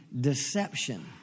deception